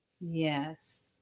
Yes